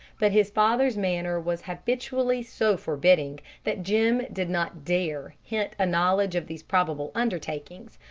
but his father's manner was habitually so forbidding that jim did not dare hint a knowledge of these probable undertakings,